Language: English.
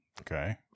Okay